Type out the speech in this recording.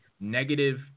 negative